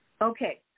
Okay